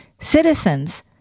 citizens